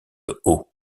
haut